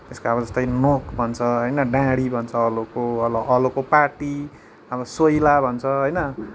त्यसको अब जस्तै नोक भन्छ होइन डाँडी भन्छ हलोको हलोको पाटी अब सोइला भन्छ होइन